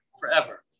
forever